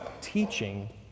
teaching